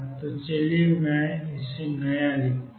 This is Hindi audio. तो चलिए मैं यह नया लिखता हूँ